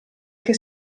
che